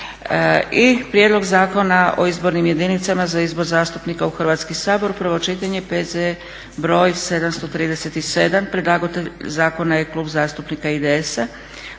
Prijedlog zakona o izbornim jedinicama za izbor zastupnika u Hrvatski sabor, prvo čitanje, P.Z. br. 737 – Predlagatelj Klub zastupnika IDS-a;